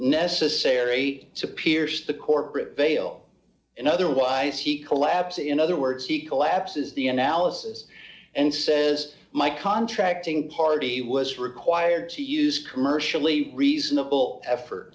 necessary to pierce the corporate veil and otherwise he collapse in other words he collapses the analysis and says my contracting party was required to use commercially reasonable effort